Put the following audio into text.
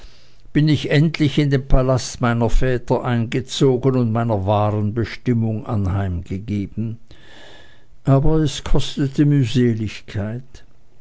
bin ich endlich in den palast meiner väter eingezogen und meiner wahren bestimmung anheimgegeben aber es kostete